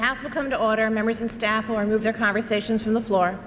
to come to order members and staff or move their conversations on the floor